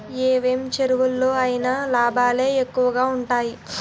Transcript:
ఏ వెంచెరులో అయినా లాభాలే ఎక్కువగా ఉంటాయి